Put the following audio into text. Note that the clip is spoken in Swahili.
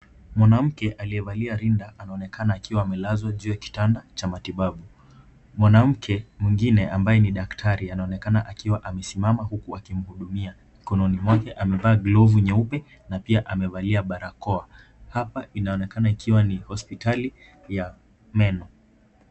Mwanamke aliyevalia rinda anaonekana akiwa amelazwa juu ya kitanda cha matibabu. Mwanamke mwingine ambaye ni daktari anaonekana akiwa amesimama huku akimhudumia, mkononi mwake amevaa glovu nyeupe na pia amevalia barakoa. Hapa inaonekana ikiwa ni hospitali ya meno.